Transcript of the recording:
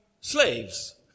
slaves